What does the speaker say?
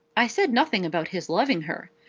i said nothing about his loving her.